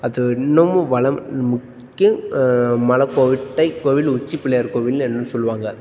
அது இன்னுமும் வளமிக்க மலைக்கோட்டை கோவில் உச்சி பிள்ளையார் கோவில் என்றும் சொல்வாங்க